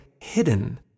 hidden